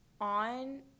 On